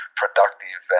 productive